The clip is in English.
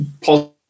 positive